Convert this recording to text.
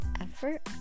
effort